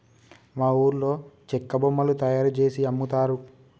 మా ఊర్లో చెక్క బొమ్మలు తయారుజేసి అమ్ముతారు